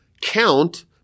count